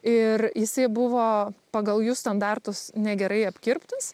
ir jisai buvo pagal jų standartus negerai apkirptas